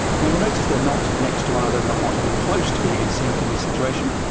now you'll notice they're not next to one another. they'll not even close to being in sync in this situation.